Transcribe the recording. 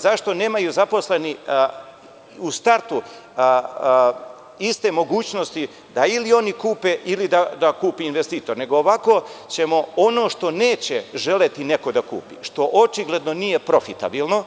Zašto nemaju zaposleni u startu iste mogućnosti da ili oni kupe ili da kupi investitor, nego ovako ćemo ono što neće želeti neko da kupi, što očigledno nije profitabilno,